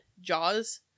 Jaws